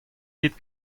dit